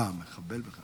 אהה, מחבל?